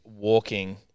walking